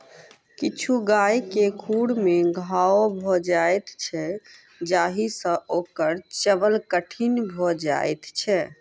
किछु गाय के खुर मे घाओ भ जाइत छै जाहि सँ ओकर चलब कठिन भ जाइत छै